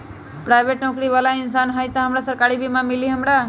Private नौकरी बाला इंसान हई त हमरा सरकारी बीमा मिली हमरा?